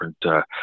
different